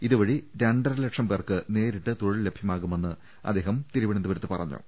ഇതുവഴി രണ്ടരലക്ഷം പേർക്ക് നേരിട്ട് തൊഴിൽ ലഭ്യമാകുമെന്ന് അദ്ദേഹം തിരുവനന്തപുരത്ത് പറഞ്ഞു